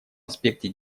аспекте